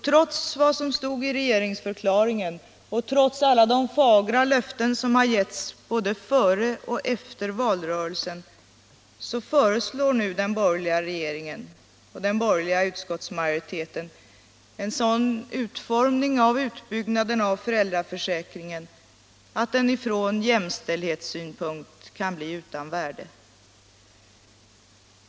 Trots vad som stod i regeringsförklaringen och trots alla de fagra löften som givits både före och efter valrörelsen föreslår nu den borgerliga regeringen och den borgerliga utskottsmajoriteten en sådan utformning av föräldraförsäkringens ut = Nr 133 byggnad att den från jämställdhetssynpunkt kan bli utan värde.